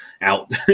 out